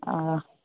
ओ